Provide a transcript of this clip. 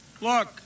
Look